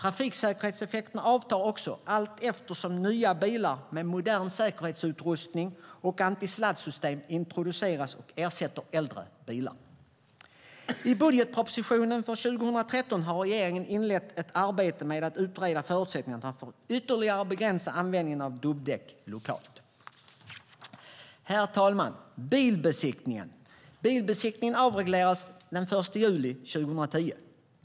Trafiksäkerhetseffekterna avtar också allteftersom nya bilar med modern säkerhetsutrustning och antisladdsystem introduceras och ersätter äldre bilar. I budgetpropositionen för 2013 har regeringen inlett ett arbete med att utreda förutsättningarna för att ytterligare begränsa användningen av dubbdäck lokalt. Herr talman! Bilbesiktningen avreglerades den 1 juli 2010.